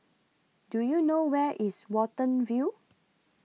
Do YOU know Where IS Watten View